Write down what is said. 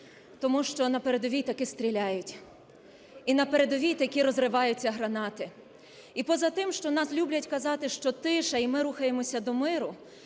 тому що на передовій таки стріляють, і на передовій таки розриваються гранати. І позатим, що у нас люблять казати, що тиша і ми рухаємося до миру,